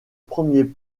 premier